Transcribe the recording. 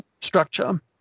structure